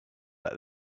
that